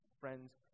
friends